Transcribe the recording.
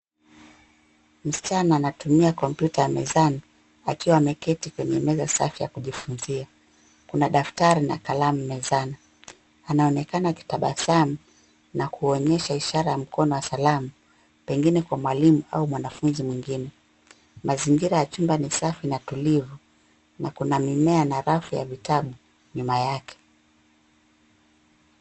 Msichana anatumia kompyuta mezani akiwa ameketi kwenye meza safi ya kujifunzia. Kuna daftari na kalamu mezani. Anaonekana akitabasamu na kuonyesha ishara ya mkono wa salamu, pengine kwa mwalimu au mwanafunzi mwingine. Mazingira ya chumba ni safi na tulivu na kuna mimea na rafu ya vitabu nyuma yake.